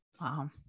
Wow